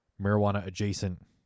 marijuana-adjacent